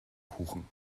kuchen